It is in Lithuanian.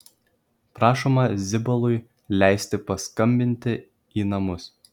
prašoma zibalui leisti paskambinti į namus